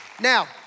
Now